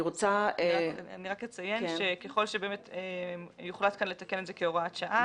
אני אציין שככל שבאמת יוחלט כאן לתקן את זה כהוראת שעה,